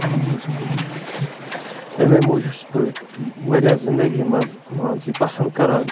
اَمے موٗجوٗب چھُس بہٕ واریاہ زندگی منٛز مان ژٕ یہِ پَسنٛد کَران